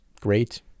great